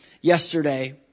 yesterday